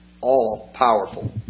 all-powerful